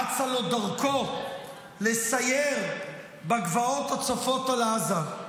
אצה לו דרכו לסייר בגבעות הצופות על עזה.